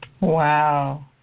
Wow